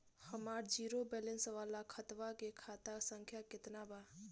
हमार zero balance वाला खतवा के खाता संख्या केतना बा?